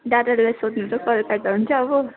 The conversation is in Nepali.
दादालाई सोध्नु त कल काट्दा हुन्छ अब